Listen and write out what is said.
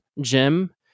Jim